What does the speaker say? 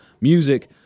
music